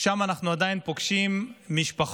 שם אנחנו עדיין פוגשים משפחות